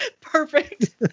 Perfect